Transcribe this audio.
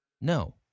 no